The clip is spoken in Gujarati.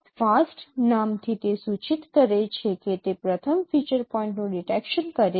FAST નામથી તે સૂચિત કરે છે કે તે પ્રથમ ફીચર પોઈન્ટનું ડિટેકશન કરે છે